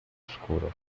oscuro